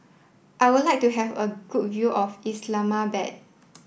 I would like to have a good view of Islamabad